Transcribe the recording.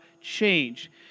change